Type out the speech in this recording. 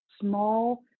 small